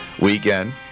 weekend